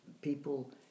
people